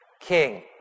King